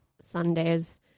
sundays